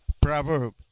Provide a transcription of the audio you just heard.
proverb